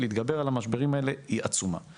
להתגבר על המשברים האלה עצומה.